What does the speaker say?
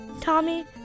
Tommy